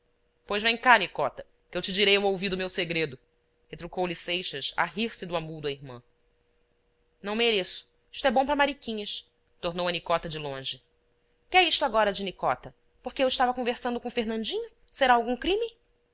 pois vem cá nicota que eu te direi ao ouvido o meu segredo retrucou lhe seixas a rir-se do amuo da irmã não mereço isto é bom para mariquinhas tornou a nicota de longe que é isto agora de nicota porque eu estava conversando com fernandinho será algum crime